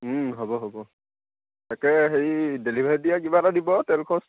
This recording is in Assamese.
হ'ব হ'ব তাকে হেৰি ডেলিভাৰী দিয়া কিবা এটা দিব আৰু তেল খৰচ